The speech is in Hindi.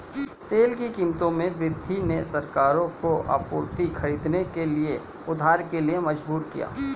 तेल की कीमतों में वृद्धि ने सरकारों को आपूर्ति खरीदने के लिए उधार के लिए मजबूर किया